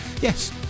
Yes